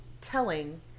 telling